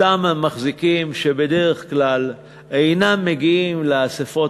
אותם מחזיקים שבדרך כלל אינם מגיעים לאספות